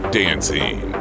dancing